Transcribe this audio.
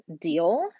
deal